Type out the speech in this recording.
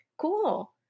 Cool